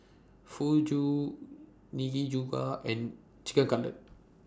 Fugu Nikujaga and Chicken Cutlet